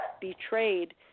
betrayed